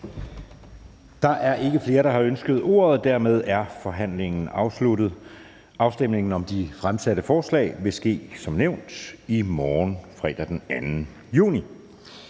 Der er ikke flere, der har ønsket ordet, og dermed er forhandlingen afsluttet. Afstemningen om de fremsatte forslag til vedtagelse vil som nævnt ske i morgen, fredag den 2. juni